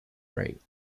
rate